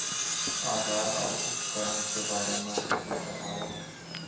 औजार अउ उपकरण के बारे मा कुछु बतावव?